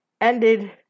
Ended